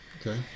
okay